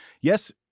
yes